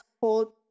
hold